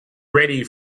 ready